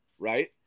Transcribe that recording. Right